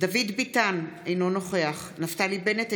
דוד ביטן, אינו נוכח נפתלי בנט,